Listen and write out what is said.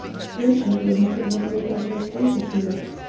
fortunately he could not make out her face as he looked,